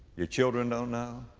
your children don't know.